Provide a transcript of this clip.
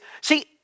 see